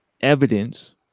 evidence